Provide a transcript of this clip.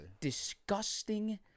disgusting